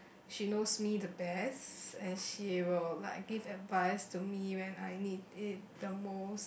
she knows me the best and she will like give advice to me when I need it the most